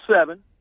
seven